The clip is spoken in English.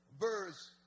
verse